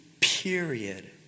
period